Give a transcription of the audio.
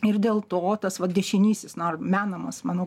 ir dėl to tas vat dešinysis na ar menamas manau